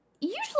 usually